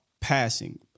passing